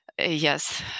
yes